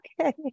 okay